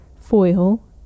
foil